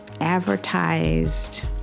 advertised